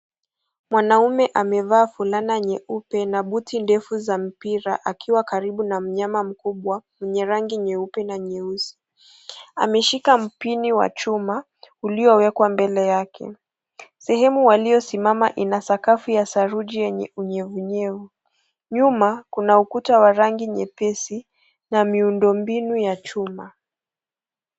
Mwanaume amevaa fulana nyeupe na buti ndefu za mpira akiwa karibu na mnyama mkubwa mwenye rangi nyeupe na nyeusi . Ameshika mpini wa chuma uliowekwa mbele yake . Sehemu waliosimama ina sakafu ya saruji yenye unyevunyevu , nyuma kuna ukuta wa rangi nyepesi na miundo mbinu ya chuma.